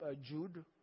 Jude